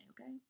okay